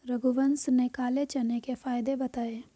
रघुवंश ने काले चने के फ़ायदे बताएँ